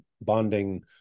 bonding